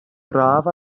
braf